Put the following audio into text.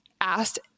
asked